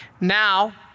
Now